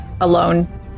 alone